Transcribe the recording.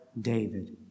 David